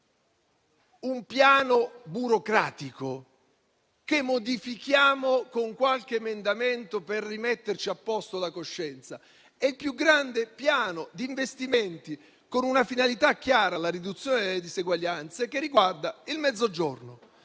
un piano burocratico che modifichiamo con qualche emendamento per rimetterci a posto la coscienza: è il più grande piano di investimenti, con la chiara finalità della riduzione delle diseguaglianze, che riguarda il Mezzogiorno,